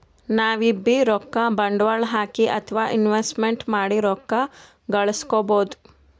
ನಾವ್ಬೀ ರೊಕ್ಕ ಬಂಡ್ವಾಳ್ ಹಾಕಿ ಅಥವಾ ಇನ್ವೆಸ್ಟ್ಮೆಂಟ್ ಮಾಡಿ ರೊಕ್ಕ ಘಳಸ್ಕೊಬಹುದ್